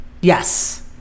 Yes